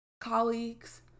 colleagues